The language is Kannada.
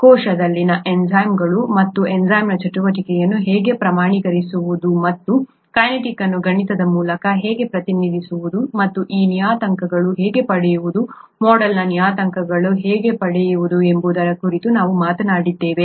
ಕೋಶದಲ್ಲಿನ ಎನ್ಝೈಮ್ಗಳು ಮತ್ತು ಎನ್ಝೈಮ್ನ ಚಟುವಟಿಕೆಯನ್ನು ಹೇಗೆ ಪ್ರಮಾಣೀಕರಿಸುವುದು ಮತ್ತು ಕೈನೆಟಿಕ್ ಅನ್ನು ಗಣಿತದ ಮೂಲಕ ಹೇಗೆ ಪ್ರತಿನಿಧಿಸುವುದು ಮತ್ತು ಆ ನಿಯತಾಂಕಗಳನ್ನು ಹೇಗೆ ಪಡೆಯುವುದು ಮೋಡೆಲ್ನ ನಿಯತಾಂಕಗಳನ್ನು ಹೇಗೆ ಪಡೆಯುವುದು ಎಂಬುದರ ಕುರಿತು ನಾವು ಮಾತನಾಡಿದ್ದೇವೆ